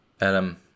Adam